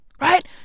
Right